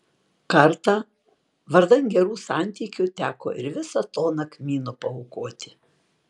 kartą vardan gerų santykių teko ir visą toną kmynų paaukoti